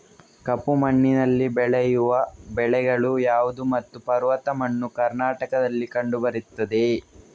ಕಪ್ಪು ಮಣ್ಣಿನಲ್ಲಿ ಬೆಳೆಯುವ ಬೆಳೆಗಳು ಯಾವುದು ಮತ್ತು ಪರ್ವತ ಮಣ್ಣು ಕರ್ನಾಟಕದಲ್ಲಿ ಕಂಡುಬರುತ್ತದೆಯೇ?